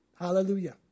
Hallelujah